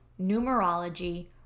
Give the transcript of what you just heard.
numerology